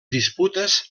disputes